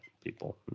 people